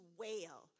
wail